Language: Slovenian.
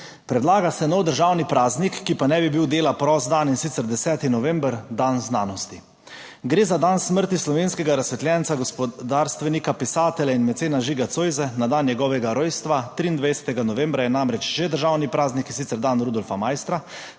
Predlaga se nov državni praznik, ki pa naj bi bil dela prost dan, in sicer 10. november, dan znanosti. Gre za dan smrti slovenskega razsvetljenca, gospodarstvenika, pisatelja in mecena Žiga Zoisa, na dan njegovega rojstva, 23. novembra, je namreč že državni praznik, in sicer dan Rudolfa Maistra,